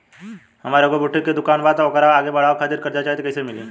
हमार एगो बुटीक के दुकानबा त ओकरा आगे बढ़वे खातिर कर्जा चाहि त कइसे मिली?